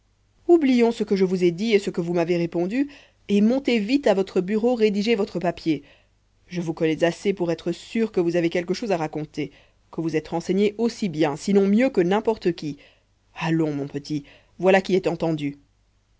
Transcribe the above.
oublions ce que je vous ai dit et ce que vous m'avez répondu et montez vite à votre bureau rédiger votre papier je vous connais assez pour être sûr que vous avez quelque chose à raconter que vous êtes renseigné aussi bien sinon mieux que n'importe qui allons mon petit voilà qui est entendu